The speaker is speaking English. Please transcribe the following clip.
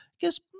guess